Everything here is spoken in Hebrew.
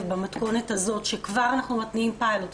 במתכונת הזאת כשכבר אנחנו מתניעים פיילוט,